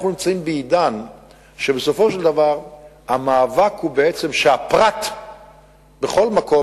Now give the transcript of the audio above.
אנחנו נמצאים בעידן שבסופו של דבר המאבק הוא בעצם שהפרט הוא בכל מקום.